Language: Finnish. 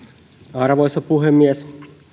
arvoisa puhemies